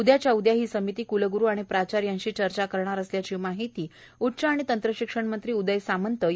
उद्याच्या उद्या ही समिती क्लग्रु आणि प्राचार्यांशी चर्चा करणार असल्याची माहिती उच्च आणि तंत्र शिक्षण मंत्री उदय सामंत यांनी दिली आहे